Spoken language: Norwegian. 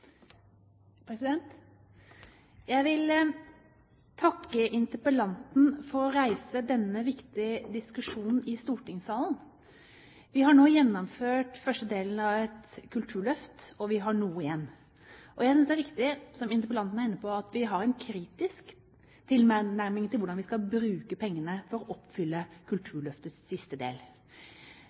framover. Jeg vil takke interpellanten for å reise denne viktige saken i stortingssalen. Vi har nå gjennomført første delen av et kulturløft, og vi har noe igjen. Jeg synes det er viktig, som interpellanten var inne på, at vi har en kritisk tilnærming til hvordan vi skal bruke pengene for å oppfylle Kulturløftets siste del.